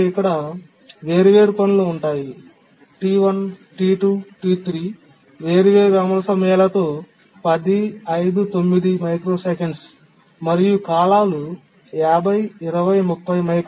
మనకు ఇక్కడ మూడు వేర్వేరు పనులు ఉన్నాయి T1 T2 T3 వేర్వేరు అమలు సమయాలతో 10 5 9 ms మరియు కాలాలు 50 20 30 ms